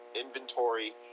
inventory